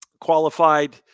qualified –